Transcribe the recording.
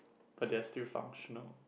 but they are still functional